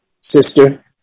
sister